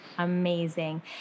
Amazing